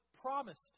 promised